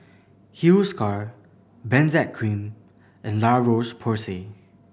Hiruscar Benzac Cream and La Roche Porsay